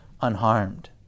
unharmed